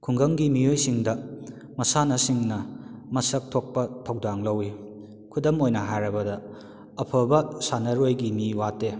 ꯈꯨꯡꯒꯪꯒꯤ ꯃꯤꯑꯣꯏꯁꯤꯡꯗ ꯃꯁꯥꯟꯅꯁꯤꯡꯅ ꯃꯁꯛ ꯊꯣꯛꯄ ꯊꯧꯗꯥꯡ ꯂꯧꯏ ꯈꯨꯗꯝ ꯑꯣꯏꯅ ꯍꯥꯏꯔꯕꯗ ꯑꯐꯕ ꯁꯥꯟꯅꯔꯣꯏꯒꯤ ꯃꯤ ꯋꯥꯠꯇꯦ